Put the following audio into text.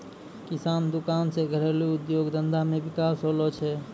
किराना दुकान से घरेलू उद्योग धंधा मे विकास होलो छै